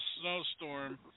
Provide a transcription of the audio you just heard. snowstorm